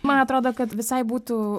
man atrodo kad visai būtų